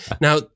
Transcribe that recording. Now